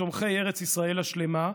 לתומכי ארץ ישראל השלמה,